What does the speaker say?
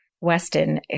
weston